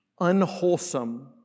unwholesome